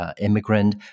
immigrant